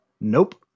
Nope